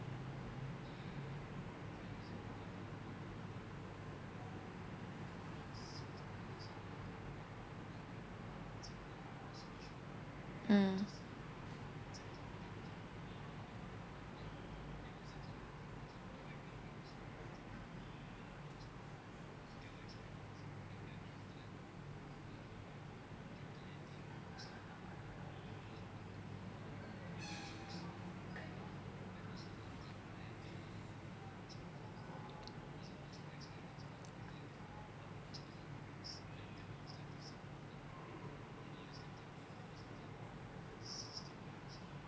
mm